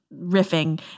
riffing